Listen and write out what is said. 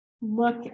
look